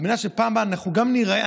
על מנת שבפעם הבאה אנחנו גם ניראה,